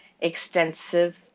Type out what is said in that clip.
extensive